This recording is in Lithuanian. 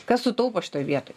kas sutaupo šitoj vietoj